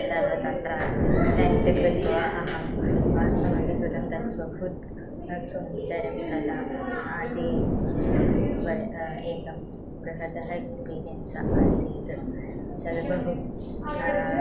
तत् तत्र टेण्ट् कृत्वा अहं वासमपि कृतं तद्बहु सुन्दरं तदा अति एकं बृहत् एक्स्पीरियन्स् आसीत् तद्बहु